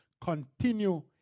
continue